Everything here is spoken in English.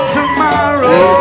tomorrow